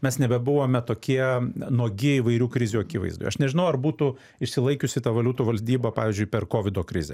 mes nebebuvome tokie nuogi įvairių krizių akivaizdoj aš nežinau ar būtų išsilaikiusi ta valiutų valdyba pavyzdžiui per kovido krizę